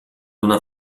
una